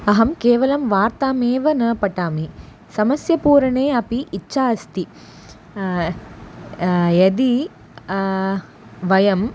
अहं केवलं वार्ताम् एव न पठामि समस्यापूरणे अपि इच्छा अस्ति यदि वयम्